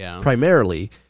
primarily